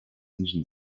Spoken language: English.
engine